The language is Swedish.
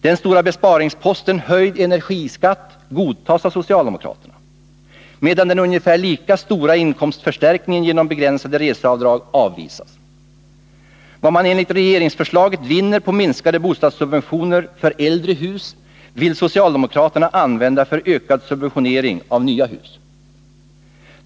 Den stora besparingsposten höjd energiskatt godtas av socialdemokraterna, medan den ungefär lika stora inkomstförstärkningen genom begränsade reseavdrag avvisas. Vad man enligt regeringsförslaget vinner på minskade bostadssubventioner för äldre hus vill socialdemokraterna använda för ökad subventionering av nya hus.